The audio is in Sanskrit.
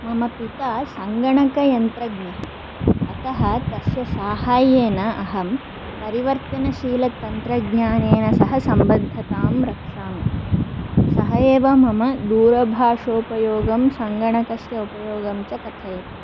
मम पिता सङ्गणकयन्त्रज्ञः अतः तस्य साहाय्येन अहं परिवर्तनशीलतन्त्रज्ञानेन सह सम्बद्धतां रक्षामि सः एव मम दूरभाषोपयोगं सङ्गणकस्य उपयोगं च कथयति